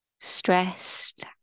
stressed